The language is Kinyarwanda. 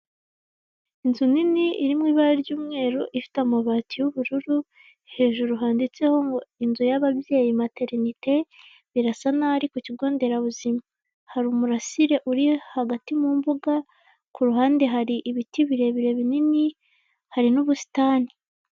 Inzu nini iri mu ibara ry'umweru ifite amabati y'ubururu, hejuru handitseho ngo inzu y'ababyeyi materinite, birasa naho ari ku kigo nderabuzima. Hari umurasire uri hagati mu mbuga, ku ruhande hari ibiti birebire binini, hari n'ubusitani.